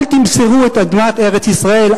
אל תמסרו את אדמת ארץ-ישראל,